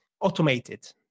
automated